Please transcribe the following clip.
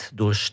door